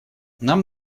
нам